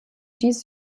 dies